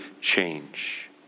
change